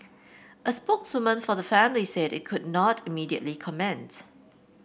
a spokeswoman for the family said it could not immediately comment